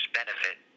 benefit